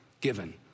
given